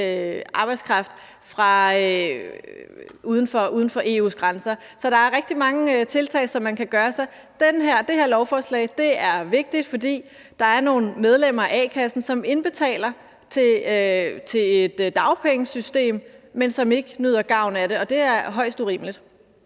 arbejdskraft fra lande uden for EU's grænser. Så der er rigtig mange tiltag, som man kan benytte sig af. Det her lovforslag er vigtigt, fordi der er nogle medlemmer af a-kasserne, som indbetaler til et dagpengesystem, men som ikke nyder gavn af det, og det er højst urimeligt.